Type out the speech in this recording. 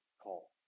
call